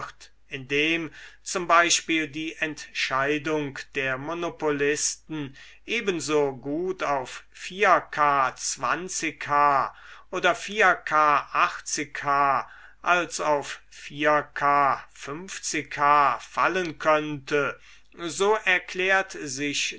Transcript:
indem z b die entscheidung der monopolisten ebenso gut auf k h oder k h als auf k h fallen könnte so erklärt sich